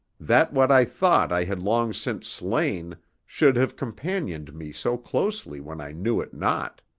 that what i thought i had long since slain should have companioned me so closely when i knew it not!